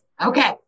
Okay